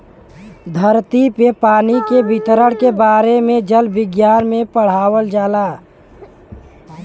धरती पे पानी के वितरण के बारे में जल विज्ञना में पढ़ावल जाला